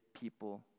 people